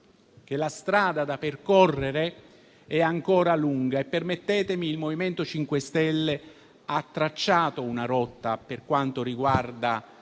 che la strada da percorrere è ancora lunga e - permettetemi - il MoVimento 5 Stelle ha tracciato una rotta in questa